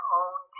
own